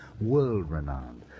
World-renowned